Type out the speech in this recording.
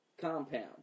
compound